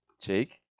Jake